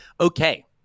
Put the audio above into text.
Okay